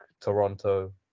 toronto